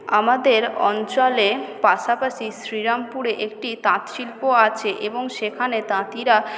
আমাদের অঞ্চলে পাশাপাশি শ্রীরামপুরে একটি তাঁতশিল্প আছে এবং সেখানে তাঁতিরা